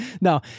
No